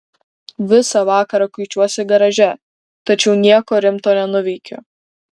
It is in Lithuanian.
visą vakarą kuičiuosi garaže tačiau nieko rimto nenuveikiu